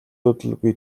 удалгүй